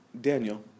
Daniel